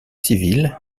civile